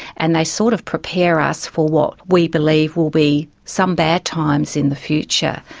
and they sort of prepare us for what we believe will be some bad times in the future.